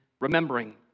remembering